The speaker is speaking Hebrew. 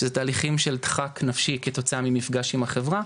שזה תהליכים של דחק נפשי כתוצאה ממפגש עם החברה,